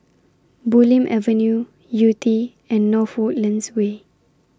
Bulim Avenue Yew Tee and North Woodlands Way